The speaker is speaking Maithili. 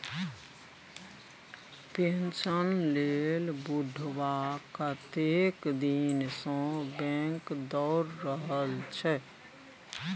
पेंशन लेल बुढ़बा कतेक दिनसँ बैंक दौर रहल छै